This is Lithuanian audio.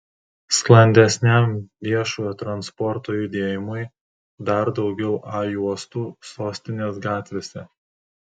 sklandesniam viešojo transporto judėjimui dar daugiau a juostų sostinės gatvėse